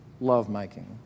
lovemaking